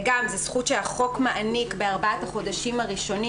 זו זכות שהחוק מעניק בארבעת החודשים הראשונים,